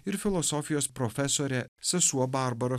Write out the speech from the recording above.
ir filosofijos profesorė sesuo barbara